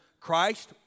Christ